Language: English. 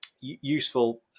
useful